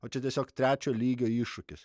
o čia tiesiog trečio lygio iššūkis